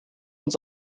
uns